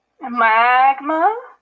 Magma